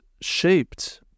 shaped